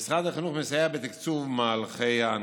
משרד החינוך מסייע בתקצוב מהלכי ההנגשה.